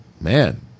Man